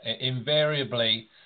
Invariably